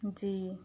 جی